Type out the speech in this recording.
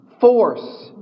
force